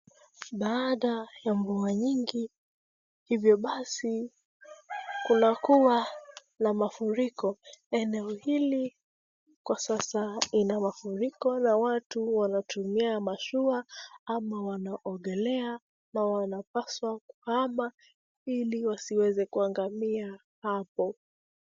Baada ya mvua nyingi hivyo basi kunakua na mafuriko, eneo hili kwa sasa ina mafuriko na watu wanatumia mashua ama wanaogelea ama wanapaswa kuhama ili wasiweze kuangamia hapo.